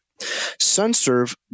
SunServe